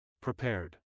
prepared